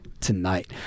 tonight